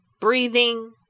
Breathing